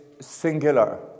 singular